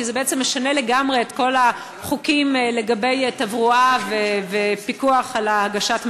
כי זה משנה לגמרי את כל החוקים לגבי תברואה ופיקוח על הגשת המזון,